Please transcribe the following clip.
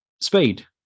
speed